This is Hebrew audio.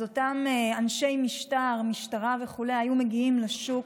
אז אותם אנשי משטר, משטרה וכו' היו מגיעים לשוק